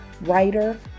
writer